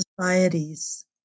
societies